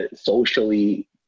socially